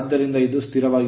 ಆದ್ದರಿಂದ ಇದು ಸ್ಥಿರವಾಗಿದೆ